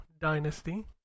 Dynasty